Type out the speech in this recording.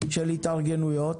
של התארגנויות,